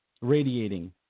Radiating